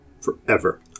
forever